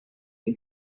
ele